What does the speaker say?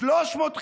350